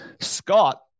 Scott